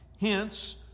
Hence